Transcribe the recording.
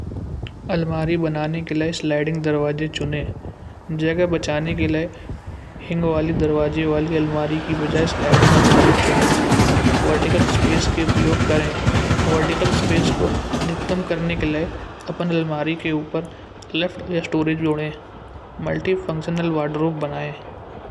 अलमारी बनाने के लिए स्लाइडिंग दरवाजे चुनें। जगह बचाने के लिए हिंग वाली दरवाजे वाली अलमारी की वजह स्लाइडिंग अलमारी चुनें। वर्टीकल स्पेस के उपयोग करें वर्टीकल स्पेस को अधिकतम करने के लिए अपन अलमारी के ऊपर लेफ्ट स्टोरेज जोड़ें मल्टीफंक्शनल वॉर्डरोब बनाएं।